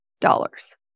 dollars